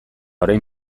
orain